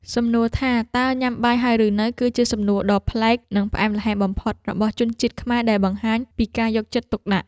សំណួរថាតើញ៉ាំបាយហើយឬនៅគឺជាសំណួរដ៏ប្លែកនិងផ្អែមល្ហែមបំផុតរបស់ជនជាតិខ្មែរដែលបង្ហាញពីការយកចិត្តទុកដាក់។